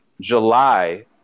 July